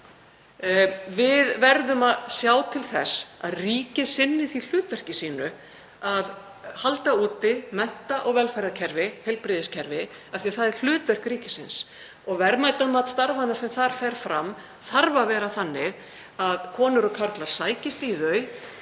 Við verðum að sjá til þess að ríkið sinni því hlutverki sínu að halda úti mennta- og velferðarkerfi, heilbrigðiskerfi, af því að það er hlutverk ríkisins og verðmætamat starfanna sem þar fer fram þarf að vera þannig að konur og karlar sækist í þau